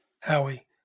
Howie